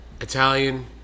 Italian